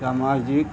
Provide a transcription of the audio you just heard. समाजीक